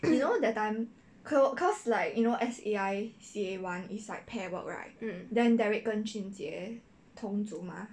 you know that time co~ cause like you know as S_A_I C_A one is like pair work right then derrick 跟 jun jie 同组 mah